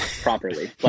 properly